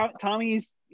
Tommy's